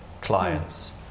clients